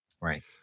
right